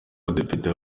w’abadepite